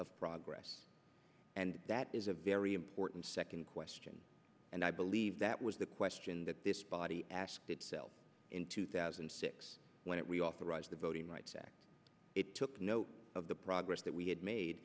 of progress and that is a very important second question and i believe that was the question that this body asked itself in two thousand and six when it we authorized the voting rights act it took note of the progress that we had made